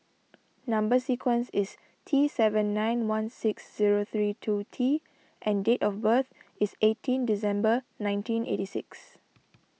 Number Sequence is T seven nine one six zero three two T and date of birth is eighteen December nineteen eighty six